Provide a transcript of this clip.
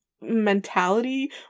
mentality